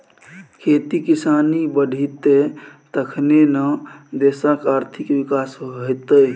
खेती किसानी बढ़ितै तखने न देशक आर्थिक विकास हेतेय